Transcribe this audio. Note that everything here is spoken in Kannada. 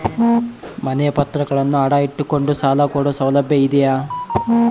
ಮನೆ ಪತ್ರಗಳನ್ನು ಅಡ ಇಟ್ಟು ಕೊಂಡು ಸಾಲ ಕೊಡೋ ಸೌಲಭ್ಯ ಇದಿಯಾ?